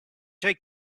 take